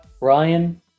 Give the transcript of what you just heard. Ryan